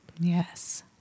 Yes